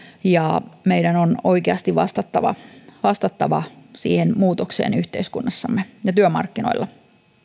ja meidän on oikeasti vastattava vastattava siihen muutokseen yhteiskunnassamme ja työmarkkinoilla